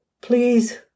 please